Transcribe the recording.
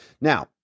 Now